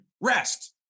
rest